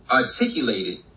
articulated